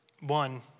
One